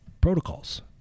protocols